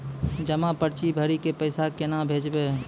जमा पर्ची भरी के पैसा केना भेजबे?